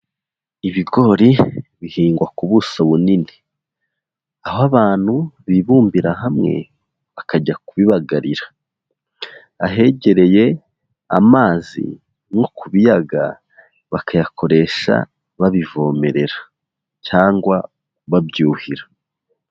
Ibigori bihingwa ku buso bunini, aho abantu bibumbira hamwe bakajya kubibagarira, ahegereye amazi nko ku biyaga, bakayakoresha babivomerera cyangwa babyuhira.